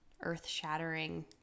earth-shattering